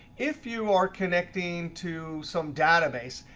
if you are connecting to some database,